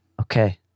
Okay